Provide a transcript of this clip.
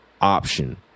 option